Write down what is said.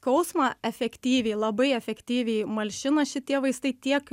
skausmą efektyviai labai efektyviai malšina šitie vaistai tiek